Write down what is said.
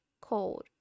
cold